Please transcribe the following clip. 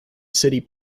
city